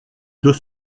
deux